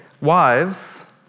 wives